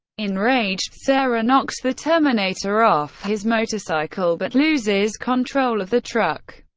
enraged, sarah knocks the terminator off his motorcycle, but loses control of the truck,